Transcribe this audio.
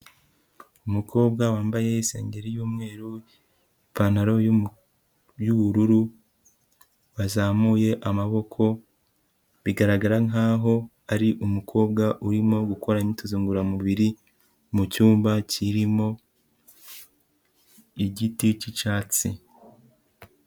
Umukobwa wambaye isengeri y'umweru, ipantaro y'ubururu, wazamuye amaboko, bigaragara nkaho ari umukobwa urimo gukora imyitozo ngororamubiri mu cyumba kirimo igiti cy'icyatsi.